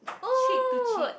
cheek to cheek